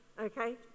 okay